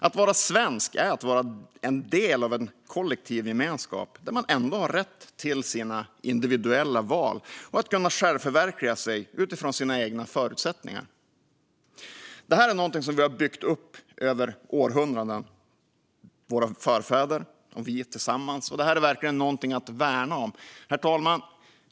Att vara svensk är att vara del av en kollektiv gemenskap där man ändå har rätt till sina individuella val och rätt att kunna förverkliga sig själv utifrån sina egna förutsättningar. Det här är någonting som vi och våra förfäder tillsammans byggt upp över århundraden, och det är någonting att verkligen värna om. Herr talman!